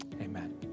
amen